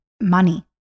money